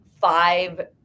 five